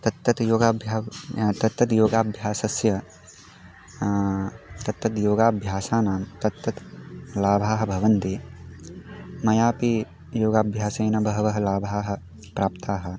तत् तत् योगाभ्यासेन तत् तत् योगाभ्यासस्य तत् तत् योगाभ्यासानां ते ते लाभाः भवन्ति मयापि योगाभ्यासेन बहवः लाभाः प्राप्ताः